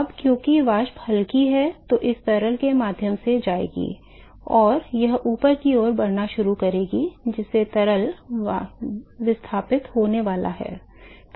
अब क्योंकि वाष्प हल्की है वह इस तरल के माध्यम से जाएगी और वह ऊपर की ओर बढ़ना शुरू करेगी जिससे तरल विस्थापित होने वाला है